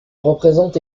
représente